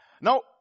Now